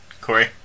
Corey